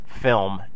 film